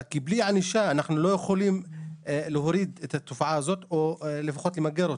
כי בלי ענישה אנחנו לא יכולים להוריד את התופעה הזאת או למגר אותה.